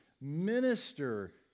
minister